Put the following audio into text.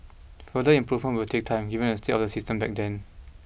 further improvements will take time given the state of the system back then